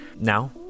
Now